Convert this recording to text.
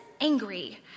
angry